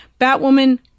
Batwoman